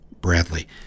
Bradley